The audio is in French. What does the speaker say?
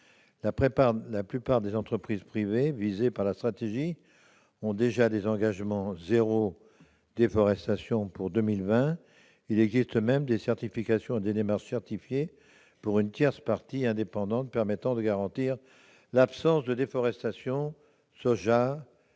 La plupart des entreprises privées visées par la stratégie ont déjà des engagements « zéro déforestation » pour 2020. Il existe même des certifications et des démarches certifiées par une tierce partie indépendante permettant de garantir l'absence de déforestation,